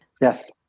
Yes